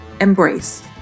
embrace